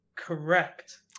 Correct